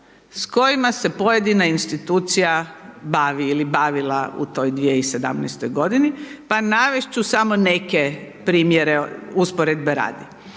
s kojima se pojedina institucija bavi ili bavila u toj 2017. g. pa navesti ću samo neke primjere usporede radi.